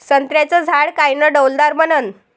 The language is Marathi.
संत्र्याचं झाड कायनं डौलदार बनन?